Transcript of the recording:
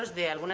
there